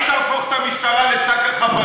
אל תהפוך את המשטרה לשק החבטות.